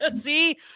See